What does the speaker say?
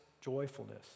joyfulness